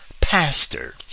pastor